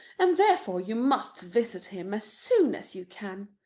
and therefore you must visit him as soon as you can.